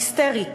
היסטרית.